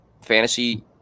fantasy